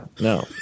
no